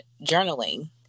journaling